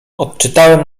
odczytałem